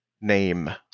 name